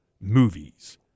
movies